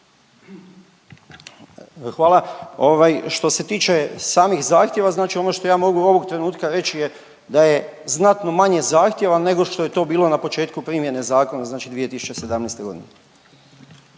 Hvala. Što se tiče samih zahtjeva znači ono što ja mogu ovog trenutka reći je da je znatno manje zahtjeva nego što je to bilo na početku primjene zakona 2017.g.